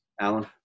Alan